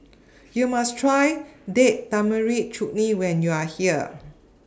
YOU must Try Date Tamarind Chutney when YOU Are here